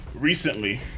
recently